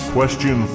Question